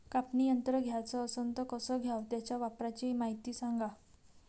कापनी यंत्र घ्याचं असन त कस घ्याव? त्याच्या वापराची मायती सांगा